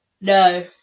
No